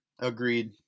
Agreed